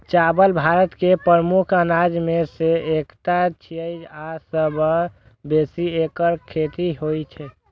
चावल भारत के प्रमुख अनाज मे सं एकटा छियै आ सबसं बेसी एकरे खेती होइ छै